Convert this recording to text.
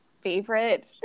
Favorite